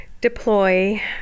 deploy